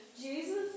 Jesus